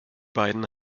beiden